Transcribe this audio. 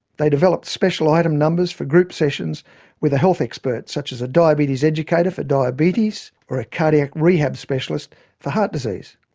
they developed special item numbers for group sessions with a health expert, such as a diabetes educator for diabetes, or a cardiac rehab specialist for heart disease.